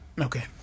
Okay